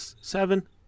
seven